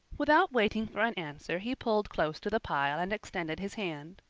without waiting for an answer he pulled close to the pile and extended his hand.